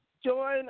join